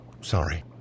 sorry